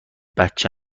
بچه